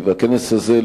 הכנס הזה,